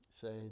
say